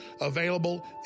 available